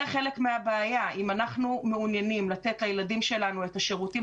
זה חלק מהבעיה אם אנחנו מעוניינים לתת לילדים שלנו את השירותים